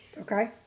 Okay